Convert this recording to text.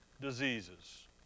diseases